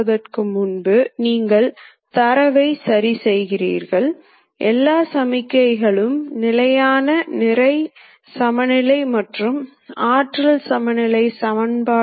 அதிகரிக்கும் அமைப்பில் நீங்கள் இந்த நான்கு புள்ளிகளின் x அச்சு ஒருங்கிணைப்புகளை குறிப்பிட விரும்பினால் இது X என்று வைத்துக்கொள்வோம்